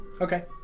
Okay